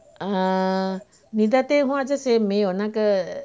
啊你的电话这些没有那个